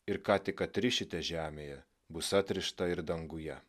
ir ką tik atrišite žemėje bus atrišta ir danguje